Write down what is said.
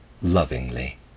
lovingly